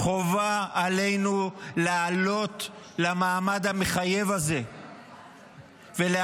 חובה עלינו לעלות למעמד המחייב הזה ולהמשיך